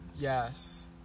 Yes